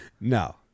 no